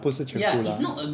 不是全部 lah